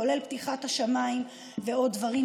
כולל פתיחת השמיים ועוד דברים,